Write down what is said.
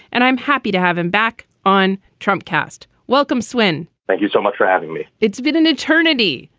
and i'm happy to have him back on trump cast. welcome, swin. thank you so much for having me. it's been an eternity.